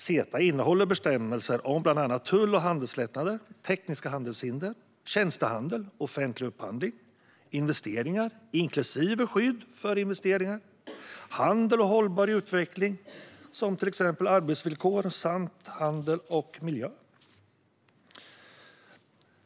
CETA innehåller bestämmelser om bland annat tull och handelslättnader, tekniska handelshinder, tjänstehandel, offentlig upphandling, investeringar inklusive skydd för investeringar, handel och hållbar utveckling när det gäller till exempel arbetsvillkor samt handel och miljö.